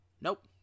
Nope